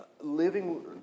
living